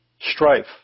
strife